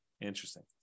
interesting